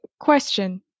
question